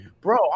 bro